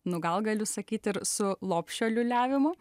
nu gal galiu sakyti ir su lopšio liūliavimu